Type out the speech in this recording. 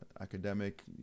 academic